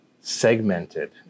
segmented